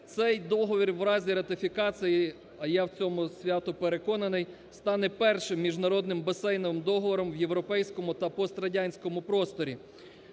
Цей договір у разі ратифікації, а я в цьому свято переконаний, стане першим міжнародним басейновим договором в європейському та пострадянському просторі,